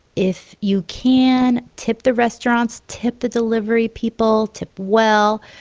if you can, tip the restaurants. tip the delivery people. tip well.